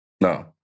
No